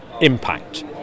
Impact